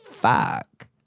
Fuck